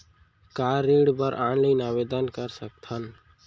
का ऋण बर ऑनलाइन आवेदन कर सकथन?